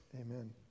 Amen